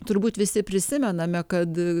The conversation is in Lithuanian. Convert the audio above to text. turbūt visi prisimename kad